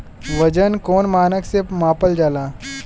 वजन कौन मानक से मापल जाला?